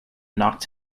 knocked